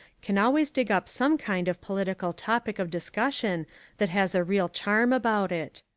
can always dig up some kind of political topic of discussion that has a real charm about it.